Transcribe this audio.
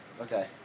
Okay